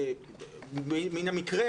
מן המקרה,